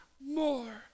more